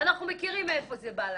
אנחנו מכירים מאיפה זה בא לנו.